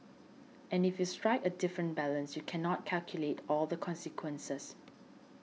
and if you strike a different balance you cannot calculate all the consequences